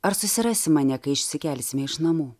ar susirasi mane kai išsikelsime iš namų